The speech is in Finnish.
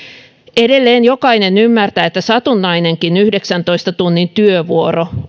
edelleen jokainen ymmärtää että satunnainenkin yhdeksäntoista tunnin työvuoro